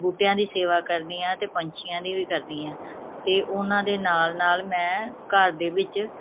ਬੂਟਿਆਂ ਦੀ ਸੇਵਾ ਕਰਦੀ ਹਾਂ ਅਤੇ ਪੰਛੀਆਂ ਦੀ ਵੀ ਕਰਦੀ ਹਾਂ ਅਤੇ ਉਨ੍ਹਾਂ ਦੇ ਨਾਲ ਨਾਲ ਮੈਂ ਘਰ ਦੇ ਵਿੱਚ